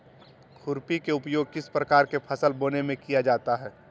खुरपी का उपयोग किस प्रकार के फसल बोने में किया जाता है?